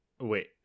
wait